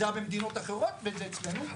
זה היה במדינות אחרות וזה אצלנו,